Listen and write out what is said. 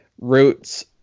roots